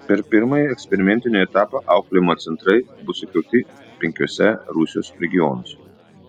per pirmąjį eksperimentinį etapą auklėjimo centrai bus įkurti penkiuose rusijos regionuose